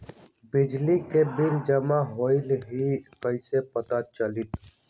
बिजली के बिल जमा होईल ई कैसे पता चलतै?